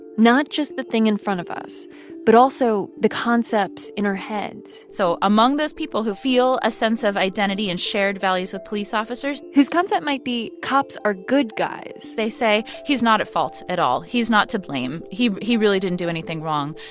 not just the thing in front of us but also the concepts in our heads so among those people who feel a sense of identity and shared values with police officers. whose concept might be cops are good guys. they say he's not at fault at all. he's not to blame. he he really didn't do anything wrong.